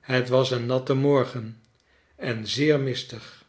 het was een natte morgen en zeer mistig